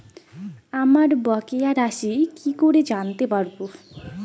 আমার বকেয়া রাশি কি করে জানতে পারবো?